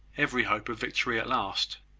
every hope of victory at last.